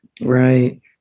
Right